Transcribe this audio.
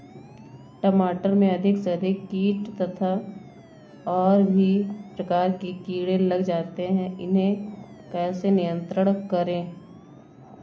टमाटर में अधिक से अधिक कीट तथा और भी प्रकार के कीड़े लग जाते हैं इन्हें कैसे नियंत्रण करें?